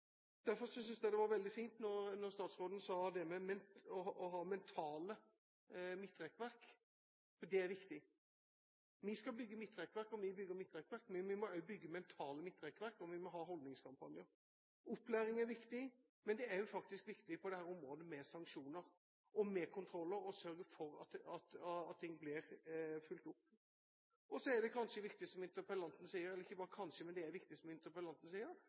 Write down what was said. Derfor syntes jeg det var veldig fint da statsråden sa det med å ha «mentale rekkverk», for det er viktig. Vi skal bygge midtrekkverk, og vi bygger midtrekkverk, men vi må også bygge mentale midtrekkverk, vi må ha holdningskampanjer. Opplæring er viktig, men på dette området er det faktisk også viktig med sanksjoner, med kontroller og å sørge for at ting blir fulgt opp. Så er det viktig, som interpellanten sier, at vi må kanskje gå noen steg til når det gjelder begrensninger av friheten til den enkelte bilfører. Jeg har ett punkt som